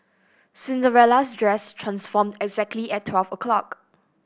Cinderella's dress transformed exactly at twelve o'clock